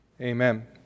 Amen